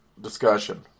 discussion